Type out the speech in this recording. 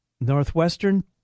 Northwestern